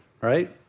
right